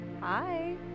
Hi